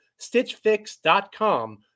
stitchfix.com